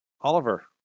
Oliver